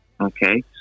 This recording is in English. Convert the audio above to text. Okay